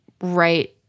right